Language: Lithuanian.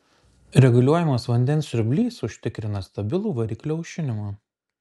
reguliuojamas vandens siurblys užtikrina stabilų variklio aušinimą